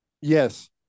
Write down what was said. Yes